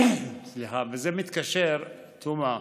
וזה מתקשר, תומא,